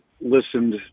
listened